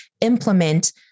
implement